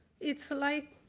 it's like,